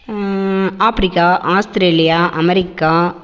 Africa Australia America